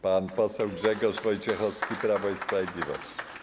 Pan poseł Grzegorz Wojciechowski, Prawo i Sprawiedliwość.